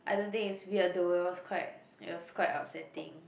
I don't think it's weird though it was quite it was quite upsetting